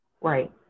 Right